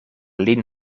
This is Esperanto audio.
lin